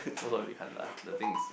most of it can't lah the thing is